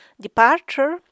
departure